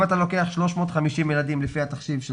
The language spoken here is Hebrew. אם אתה לוקח 350 ילדים לפי התחשיב של